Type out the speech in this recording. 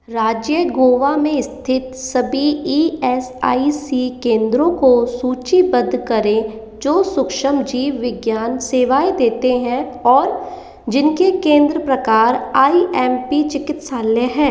राज्य गोवा में स्थित सभी ई एस आई सी केंद्रों को सूचीबद्ध करें जो सूक्ष्मजीव विज्ञान सेवाएँ देते हैं और जिनके केंद्र प्रकार आई एम पी चिकित्सालय हैं